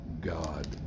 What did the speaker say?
God